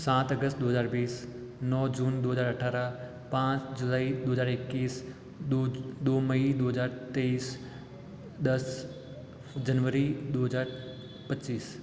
सात अगस्त दो हज़ार बीस नौ जून दो हज़ार अठारह पाँच जुलाई दो हज़ार इक्कीस दो दो मई दो हज़ार तेइस दस जनवरी दो हज़ार पच्चीस